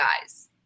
guys